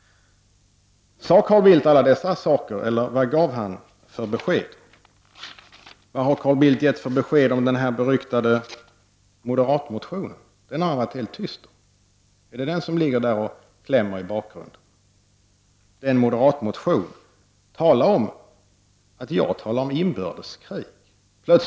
Sade Carl Bildt alla dessa saker, eller vilka besked gav han? Vilka besked har Carl Bildt gett om den beryktade moderatmotionen? Den har han hållit helt tyst om. Är det den som ligger och trycker i bakgrunden? Den moderatmotionen handlar om att jag talar om inbördeskriget.